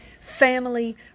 family